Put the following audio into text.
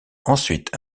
ensuite